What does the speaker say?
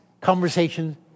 conversations